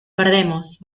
perdemos